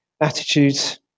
attitudes